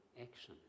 action